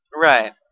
Right